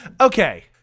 Okay